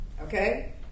Okay